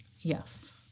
Yes